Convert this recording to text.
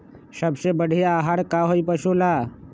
सबसे बढ़िया आहार का होई पशु ला?